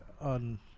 on